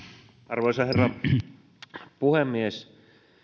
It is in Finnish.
arvoisa herra puhemies